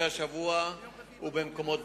ובדגש על פעילות ממוקדת בסופי שבוע ובמקומות בילוי.